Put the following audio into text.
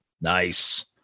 Nice